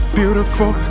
beautiful